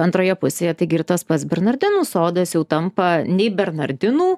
antroje pusėje taigi ir tas pats bernardinų sodas jau tampa nei bernardinų